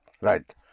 Right